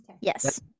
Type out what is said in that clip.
yes